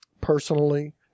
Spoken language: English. personally